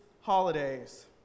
holidays